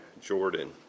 Jordan